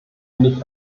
nicht